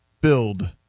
build